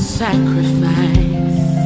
sacrifice